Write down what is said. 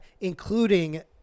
including